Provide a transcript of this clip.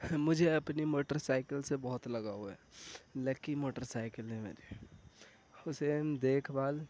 مجھے اپنی motorcycle سے بہت لگاؤ ہے لکی موٹر سائیکل ہے میری اسے ہم دیکھ بھال